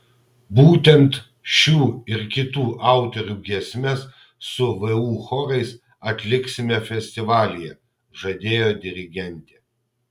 būtent šių ir kitų autorių giesmes su vu chorais atliksime festivalyje žadėjo dirigentė